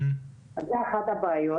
זו אחת הבעיות.